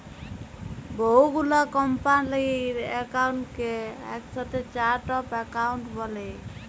বহু গুলা কম্পালির একাউন্টকে একসাথে চার্ট অফ একাউন্ট ব্যলে